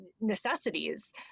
necessities